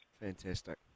Fantastic